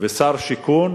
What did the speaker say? ושר שיכון